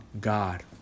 God